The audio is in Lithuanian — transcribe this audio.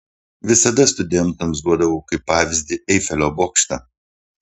visada studentams duodavau kaip pavyzdį eifelio bokštą